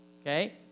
okay